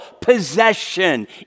possession